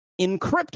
encrypt